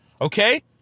Okay